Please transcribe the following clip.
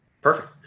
Perfect